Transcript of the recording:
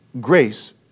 grace